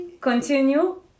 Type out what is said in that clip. Continue